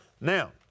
Now